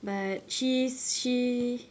but she's she